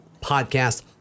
podcast